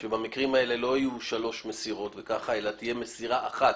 שבמקרים האלה לא יהיו שלוש מסירות אלא תהיה מסירה אחת.